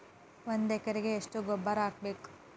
ಒಂದ್ ಎಕರೆಗೆ ಎಷ್ಟ ಗೊಬ್ಬರ ಹಾಕ್ಬೇಕ್?